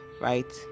right